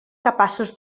capaços